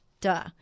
Duh